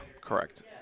Correct